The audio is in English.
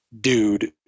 dude